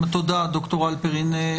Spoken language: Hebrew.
תודה, ד"ר הלפרין.